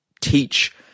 teach